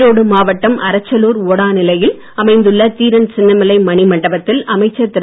ஈரோடு மாவட்டம் அரச்சலூர் ஓடாநிலையில் அமைந்துள்ள தீரன் சின்னமலை மணி மண்டபத்தில் அமைச்சர் திரு